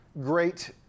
great